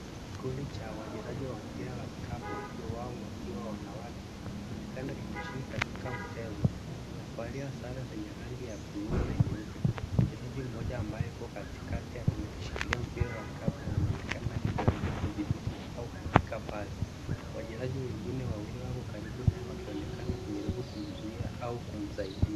Kikundi cha wachezaji wa mpira wa kikapu wengi wao wakiwa wanawake likionekana likishiriki katika michezo. Wamevalia sare za rangi ya bluu na nyeupe. Mchezaji mmoja ambaye yuko katikati anakishikilia mpira wa kikapu na anaonekana akijaribu kudhibiti au kujaribu kupiga pasi. Wachezaji wengine wawili wako karibu naye wakionekana wakijaribu kumzuia au kumsaidia.